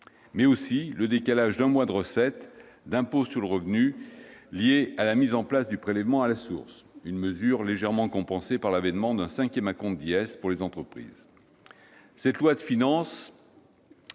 mais aussi le décalage d'un mois de recettes d'impôt sur le revenu lié à la mise en place du prélèvement à la source, mesure légèrement compensée par l'avènement d'un cinquième acompte d'impôt sur les sociétés pour les entreprises. Ce projet de loi de finances